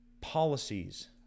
policies